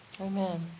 Amen